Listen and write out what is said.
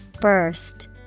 Burst